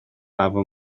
afon